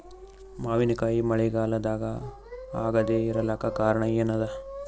ಮಾವಿನಕಾಯಿ ಮಳಿಗಾಲದಾಗ ಆಗದೆ ಇರಲಾಕ ಕಾರಣ ಏನದ?